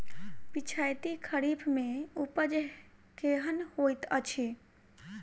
पिछैती खरीफ मे उपज केहन होइत अछि?